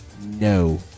No